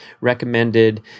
recommended